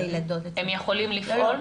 הם יכולים לפעול?